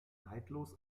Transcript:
neidlos